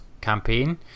campaign